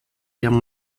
guerre